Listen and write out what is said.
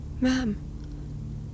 ma'am